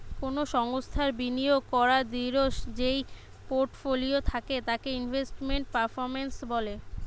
কোনো সংস্থার বিনিয়োগ করাদূঢ় যেই পোর্টফোলিও থাকে তাকে ইনভেস্টমেন্ট পারফরম্যান্স বলে